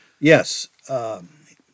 Yes